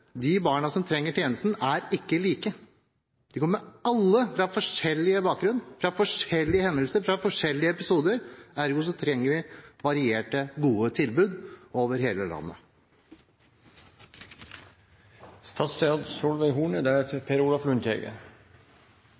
de barna som trenger tjenesten, er ikke like. De kommer alle fra forskjellige bakgrunner, fra forskjellige hendelser, fra forskjellige episoder. Ergo trenger de varierte, gode tilbud over hele